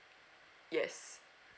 yes